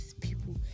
people